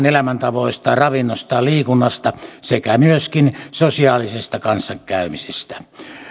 elämäntavoista ravinnosta liikunnasta sekä myöskin sosiaalisesta kanssakäymisestä